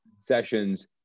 sessions